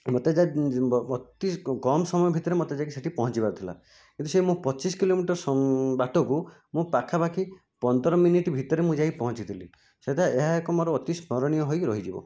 ମୋତେ ଯାଇ ଅତି କମ୍ ସମୟ ଭିତରେ ମୋତେ ଯାଇକି ସେଠି ପହଞ୍ଚିବାର ଥିଲା କିନ୍ତୁ ସେ ମୁଁ ପଚିଶ କିଲୋମିଟର ବାଟକୁ ମୁଁ ପାଖାପାଖି ପନ୍ଦର ମିନିଟ୍ ଭିତରେ ମୁଁ ଯାଇ ପହଞ୍ଚିଥିଲି ସେଇଟା ଏହା ଏକ ମୋର ଅତି ସ୍ମରଣୀୟ ହୋଇ ରହିଯିବ